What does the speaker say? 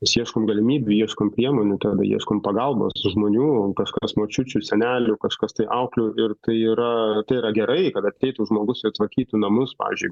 mes ieškom galimybių ieškom priemonių tada ieškom pagalbos žmonių kažkas močiučių senelių kažkas tai auklių ir tai yra tai yra gerai kad ateitų žmogus ir tvarkytų namus pavyzdžiui jeigu yra